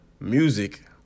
music